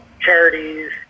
charities